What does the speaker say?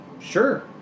Sure